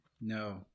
No